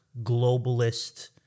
globalist